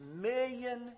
million